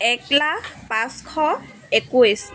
এক লাখ পাঁচশ একৈছ